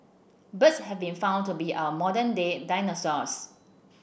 birds have been found to be our modern day dinosaurs